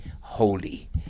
holy